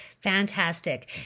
Fantastic